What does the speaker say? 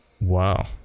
Wow